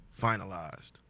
finalized